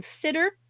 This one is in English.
consider